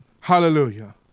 Hallelujah